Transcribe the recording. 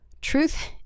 Truth